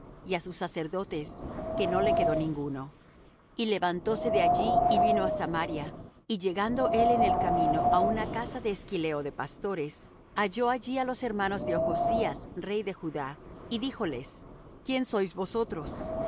á sus sacerdotes que no le quedó ninguno y levantóse de allí y vino á samaria y llegando él en el camino á una casa de esquileo de pastores halló allí á los hermanos de ochzías rey de judá y díjoles quién sois vosotros